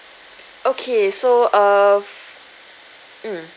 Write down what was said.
okay so err mm